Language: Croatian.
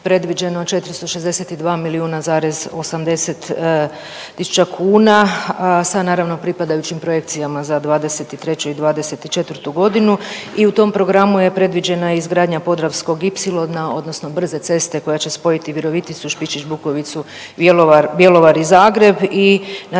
predviđeno 462 milijuna zarez 80 tisuća kuna sa naravno pripadajućim projekcijama za '23. i '24.g. i u tom programu je predviđena i izgradnja Podravskog ipsilona odnosno brze ceste koja će spojiti Viroviticu, Špišić Bukovicu, Bjelovar, Bjelovar i Zagreb i naravno